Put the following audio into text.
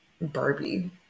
barbie